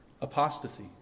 apostasy